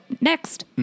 next